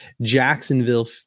Jacksonville